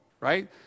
right